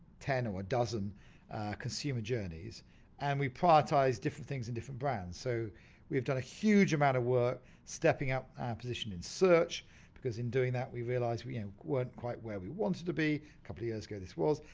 ten or a dozen consumer journeys and we prioritise different things in different brands. so we've done a huge amount of work stepping up our position in search because in doing that, we realised we weren't quite where we wanted to be, couple years ago this was.